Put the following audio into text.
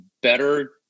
better